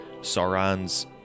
Sauron's